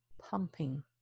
pumping